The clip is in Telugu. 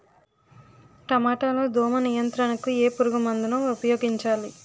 టమాటా లో దోమ నియంత్రణకు ఏ పురుగుమందును ఉపయోగించాలి?